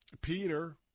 Peter